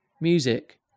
music